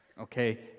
okay